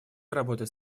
работать